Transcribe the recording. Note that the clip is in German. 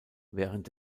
während